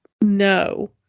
no